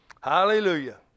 Hallelujah